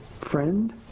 friend